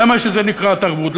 זה מה שנקרא תרבות.